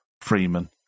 Freeman